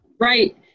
Right